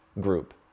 group